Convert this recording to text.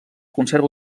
conserva